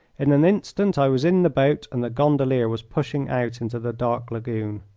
in an instant i was in the boat and the gondolier was pushing out into the dark lagoon.